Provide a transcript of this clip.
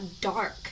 dark